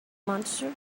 monster